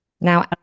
Now